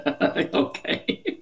Okay